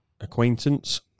acquaintance